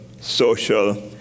social